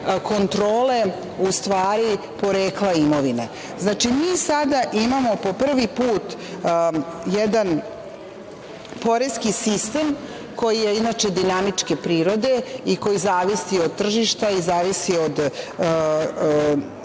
kontrole, ustvari porekla imovine. Znači, mi sada imamo po prvi put jedan poreski sistem koji je inače dinamičke prirode i koji zavisi od tržišta i zavisi od potrebe